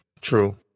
true